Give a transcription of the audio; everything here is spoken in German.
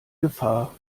gefahr